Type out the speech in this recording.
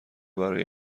برای